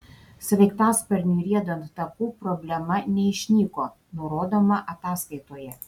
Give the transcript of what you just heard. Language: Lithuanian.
sraigtasparniui riedant taku problema neišnyko nurodoma ataskaitoje